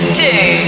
two